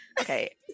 Okay